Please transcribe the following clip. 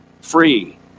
free